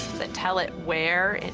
that tell it where, and